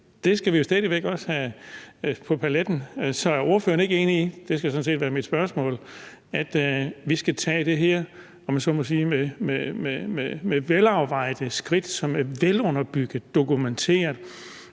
Det skal vi stadig væk også have på paletten. Så er ordføreren ikke enig i – og det skal sådan set være mit spørgsmål – at vi skal tage det her, om jeg så må sige, med velafvejede skridt, som er velunderbygget og dokumenteret,